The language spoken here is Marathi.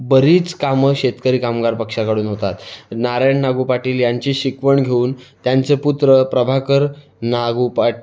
बरीच कामं शेतकरी कामगार पक्षाकडून होतात नारायण नागू पाटील यांची शिकवण घेऊन त्यांचे पुत्र प्रभाकर नागू पाट